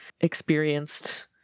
experienced